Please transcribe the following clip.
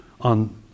on